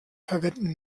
verwenden